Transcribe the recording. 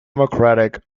democratic